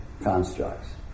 constructs